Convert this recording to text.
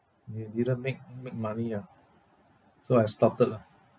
you didn't make make money ah so I stopped it ah